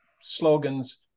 slogans